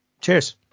Cheers